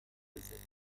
versetzt